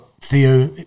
Theo